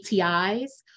ATIs